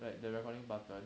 like the recording button